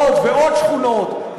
עוד ועוד שכונות,